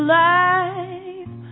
life